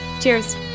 Cheers